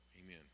amen